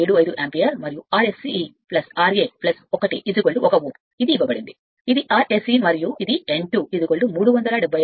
75 ampere మరియు Rse ra 1 Ω ఇది ఇవ్వబడింది ఇది Rse మరియు ఇది n2 375 rpm కాబట్టి Eb 2 V 18 70